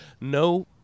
no